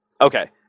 Okay